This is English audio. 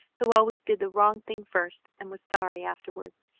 who always did the wrong thing first and was sorry afterwards,